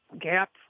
gap